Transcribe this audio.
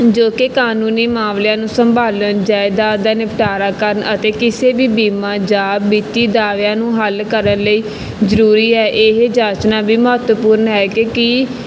ਜੋ ਕਿ ਕਾਨੂੰਨੀ ਮਾਮਲਿਆਂ ਨੂੰ ਸੰਭਾਲਣ ਜਾਇਦਾਦ ਦਾ ਨਿਪਟਾਰਾ ਕਰਨ ਅਤੇ ਕਿਸੇ ਵੀ ਬੀਮਾ ਜਾਂ ਵਿੱਤੀ ਦਾਅਵਿਆਂ ਨੂੰ ਹੱਲ ਕਰਨ ਲਈ ਜ਼ਰੂਰੀ ਹੈ ਇਹ ਜਾਚਨਾ ਵੀ ਮਹੱਤਵਪੂਰਨ ਹੈ ਕਿ ਕੀ